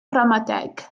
ramadeg